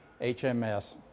HMS